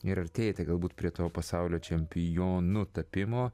ir artėjate galbūt prie to pasaulio čempionu tapimo